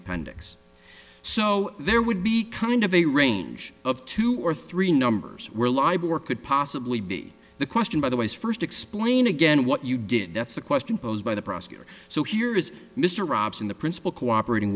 appendix so there would be kind of a range of two or three numbers were libel or could possibly be the question by the way is first explain again what you did that's the question posed by the prosecutor so here is mr robson the principal cooperating